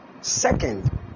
Second